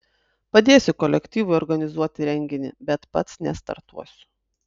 padėsiu kolektyvui organizuoti renginį bet pats nestartuosiu